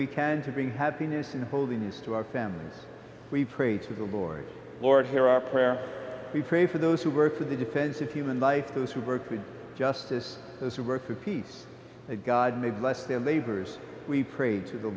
we can to bring happiness and holding this to our family we pray to the board lord hear our prayer we pray for those who work for the defense of human life those who work with justice those who work for peace that god may bless their labors we prayed to the